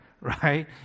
right